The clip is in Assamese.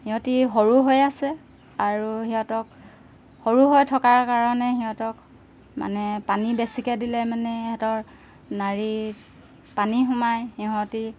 সিহঁতে সৰু হৈ আছে আৰু সিহঁতক সৰু হৈ থকাৰ কাৰণে সিহঁতক মানে পানী বেছিকৈ দিলে মানে সিহঁতৰ নাড়ীত পানী সোমাই সিহঁতে